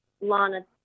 Lana